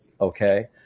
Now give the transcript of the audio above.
okay